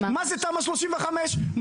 מה זה תמ"א 35,